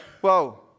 whoa